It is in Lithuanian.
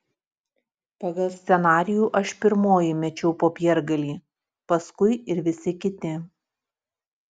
pagal scenarijų aš pirmoji mečiau popiergalį paskui ir visi kiti